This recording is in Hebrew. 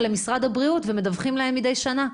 למשרד הבריאות ומדווחים להם מדי שנה?